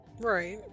Right